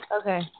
Okay